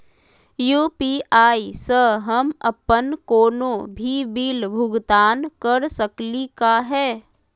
UPI स हम अप्पन कोनो भी बिल भुगतान कर सकली का हे?